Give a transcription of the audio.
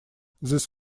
this